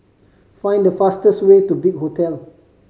find the fastest way to Big Hotel